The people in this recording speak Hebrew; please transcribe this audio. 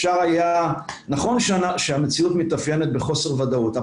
נכון שהמציאות מתאפיינת בחוסר ודאות,